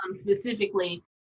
Specifically